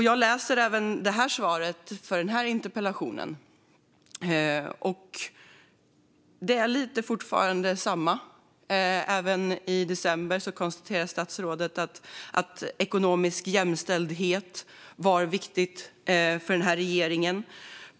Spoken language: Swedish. Jag har även lyssnat på svaret på den här interpellationen. Det är fortfarande lite samma sak. Även i december konstaterade statsrådet att ekonomisk jämställdhet var viktigt för regeringen.